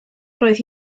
roedd